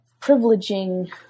privileging